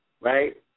right